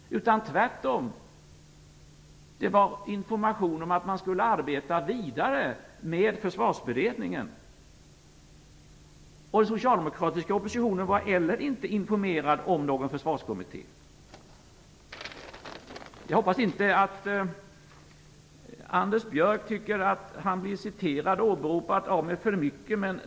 Tvärtom, det fanns information om att man skulle arbeta vidare med försvarsberedningen. Den socialdemokratiska oppositionen var inte heller informerad om någon försvarskommitté. Jag hoppas att inte Anders Björck misstycker att han blir en del citerad och åberopad av mig.